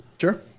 Sure